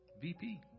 VP